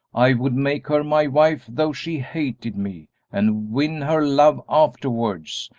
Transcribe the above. i would make her my wife though she hated me and win her love afterwards!